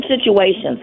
situations